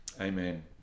amen